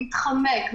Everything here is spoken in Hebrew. מתחמק,